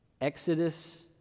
Exodus